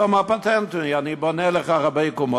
היום הפטנט הוא: אני בונה לך רבי-קומות,